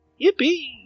Yippee